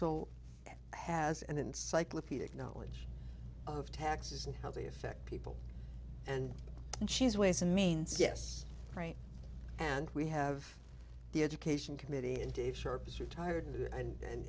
so has an encyclopedic knowledge of taxes and how they affect people and and she's ways and means yes right and we have the education committee and dave sharp as retired and